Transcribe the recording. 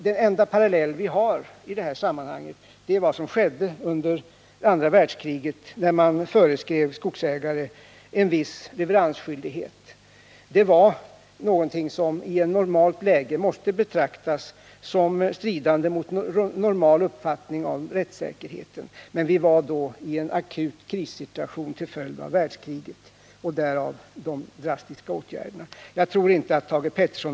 Den enda parallell vi har i det här sammanhanget är vad som skedde under andra världskriget när man föreskrev skogsägare en viss leveransskyldighet. Det var någonting som i normalläget måste anses strida mot vår uppfattning om rättssäkerheten. Men vi befann oss då i en akut krissituation till följd av världskriget — därav de drastiska åtgärderna. Jag tror inte att Thage Peterson.